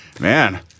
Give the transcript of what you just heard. man